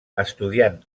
estudiant